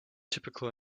typical